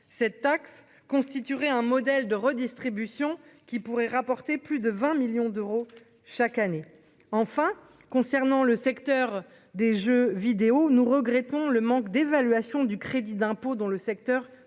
cette taxe constituerait un modèle de redistribution qui pourrait rapporter plus de 20 millions d'euros chaque année enfin, concernant le secteur des jeux vidéos, nous regrettons le manque d'évaluation du crédit d'impôt dans le secteur